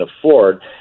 afford